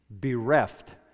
bereft